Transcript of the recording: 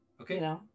Okay